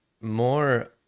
more